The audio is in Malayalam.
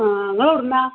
ആ ഇങ്ങളെവുടുന്നാണ്